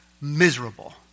miserable